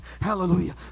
hallelujah